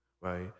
right